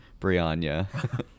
Brianna